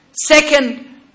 Second